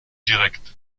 directs